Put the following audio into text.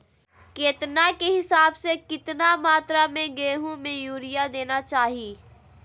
केतना के हिसाब से, कितना मात्रा में गेहूं में यूरिया देना चाही?